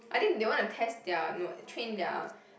I think they want to test their no train their